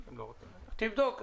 תבדוק.